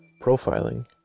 profiling